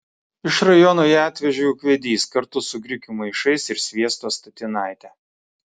iš rajono ją atvežė ūkvedys kartu su grikių maišais ir sviesto statinaite